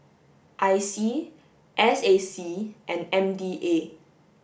I C S A C and M D A